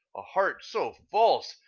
a heart so false,